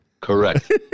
Correct